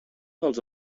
dels